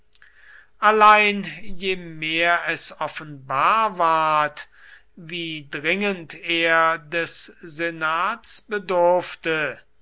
allein je mehr es offenbar ward wie dringend er des senats bedurfte